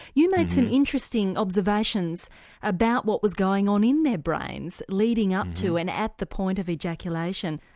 you made some interesting observations about what was going on in their brains leading up to and at the point of ejaculation.